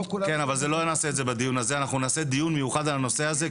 אנחנו נעשה דיון מיוחד על הנושא הזה,